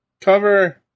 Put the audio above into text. Cover